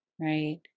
right